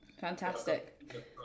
Fantastic